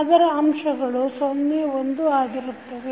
ಅದರ ಅಂಶಗಳು 01 ಆಗಿರುತ್ತವೆ